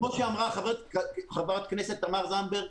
כמו שאמרה חברת הכנסת תמר זנדברג,